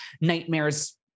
nightmares